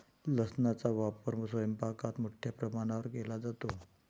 लसणाचा वापर स्वयंपाकात मोठ्या प्रमाणावर केला जातो